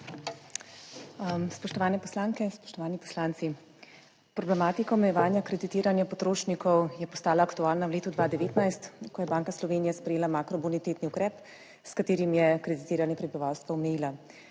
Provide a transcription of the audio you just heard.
Spoštovane poslanke, spoštovani poslanci! Problematika omejevanja kreditiranja potrošnikov je postala aktualna v letu 2019, ko je Banka Slovenije sprejela makrobonitetni ukrep, s katerim je kreditiranje prebivalstva omejila.